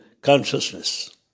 consciousness